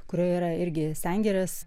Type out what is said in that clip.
kurioje yra irgi sengirės